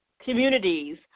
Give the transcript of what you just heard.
communities